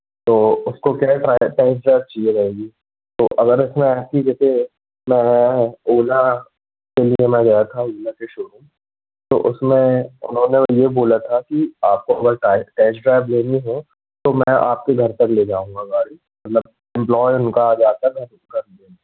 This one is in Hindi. तो उसको क्या है टेस्ट ड्राइव चाहिए रहेगी तो अगर इसमें आपकी जैसे मैं ओला के लिए मैं गया था ओला के शोरूम में उसमें उन्होंने ये बोला था कि आपको अगर टेस्ट ड्राइव लेनी है तो मैं आपके घर तक ले जाऊंगा गाड़ी मतलब एम्प्लोय उनका आ जाता है